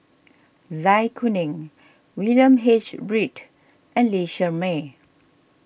Zai Kuning William H Read and Lee Shermay